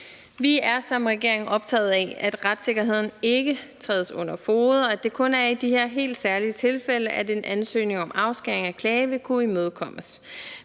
Vi er som regering optaget af, at retssikkerheden ikke trædes under fode, og at det kun er i de her helt særlige tilfælde, at en ansøgning om afskæring af klageadgang vil kunne imødekommes.